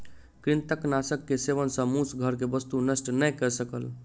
कृंतकनाशक के सेवन सॅ मूस घर के वस्तु नष्ट नै कय सकल